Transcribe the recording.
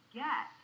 get